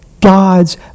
God's